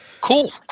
cool